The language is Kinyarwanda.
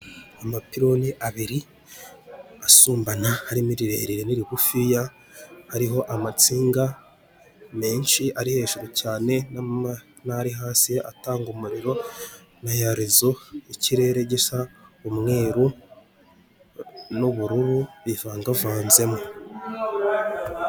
Amapiloni abiri asumbana harimo irirerire n'irigufiya, hariho amatsinga menshi ari hejuru cyane n'ari hasi atanga umuriro nyarezo ikirere gisa umweru n'ubururu bivangavanzemo.